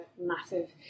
massive